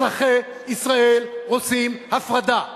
אזרחי ישראל רוצים הפרדה